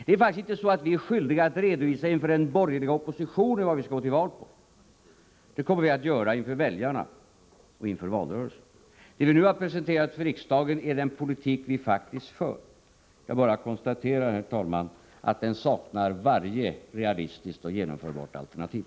Vi är faktiskt inte skyldiga att redovisa inför den borgerliga oppositionen vad vi skall gå till val på, utan det kommer vi att göra inför väljarna och i valrörelsen. Det vi nu har presenterat för riksdagen är den politik som vi faktiskt för. Jag kan bara konstatera, herr talman, att den saknar varje realistiskt och genomförbart alternativ.